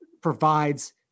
provides